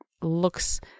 looks